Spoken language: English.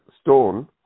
stone